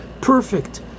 Perfect